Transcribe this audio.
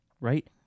Right